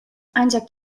ancak